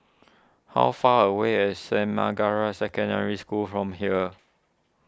how far away is Saint Margaret's Secondary School from here